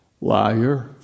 Liar